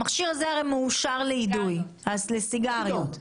המכשיר הזה הרי מאושר לאידוי, לסיגריות.